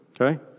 okay